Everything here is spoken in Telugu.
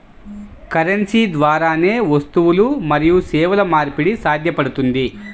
కరెన్సీ ద్వారానే వస్తువులు మరియు సేవల మార్పిడి సాధ్యపడుతుంది